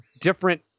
different